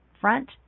front